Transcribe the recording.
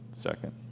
second